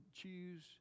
choose